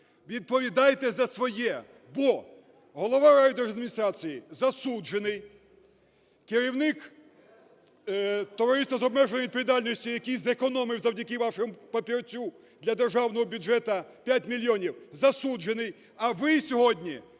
відповідайте за своє. Бо голова райдержадміністрації засуджений, керівник товариства з обмеженою відповідальності, який зекономив завдяки вашому папірцю для державного бюджету 5 мільйонів, засуджений, а ви сьогодні